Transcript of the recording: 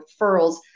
referrals